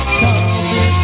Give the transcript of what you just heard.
come